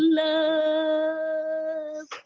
love